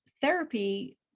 therapy